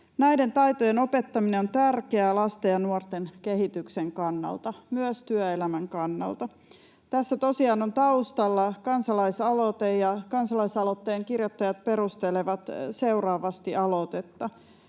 Näiden taitojen opettaminen on tärkeää lasten ja nuorten kehityksen kannalta, myös työelämän kannalta. Tässä tosiaan on taustalla kansalaisaloite, ja kansalaisaloitteen kirjoittajat perustelevat aloitetta